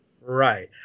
Right